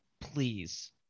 Please